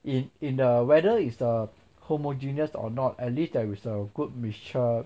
in in the whether is a homogeneous or not at least there is a good mixture